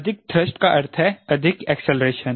अधिक थ्रस्ट का अर्थ है अधिक एक्सेलरेशन